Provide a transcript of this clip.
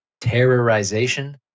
terrorization